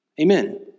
Amen